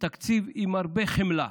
"תקציב עם הרבה חמלה".